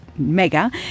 mega